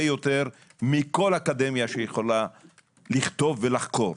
יותר מכל אקדמיה שיכולה לכתוב ולחקור.